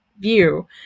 view